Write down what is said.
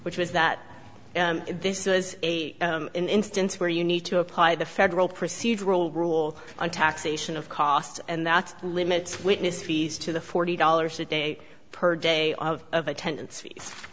which was that this was a instance where you need to apply the federal procedural rule on taxation of costs and that limits witness fees to the forty dollars a day per day of of a tendenc